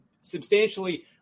substantially